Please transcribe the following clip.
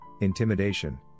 intimidation